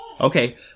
Okay